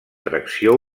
tracció